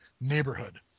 neighborhood